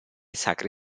sacre